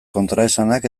kontraesanak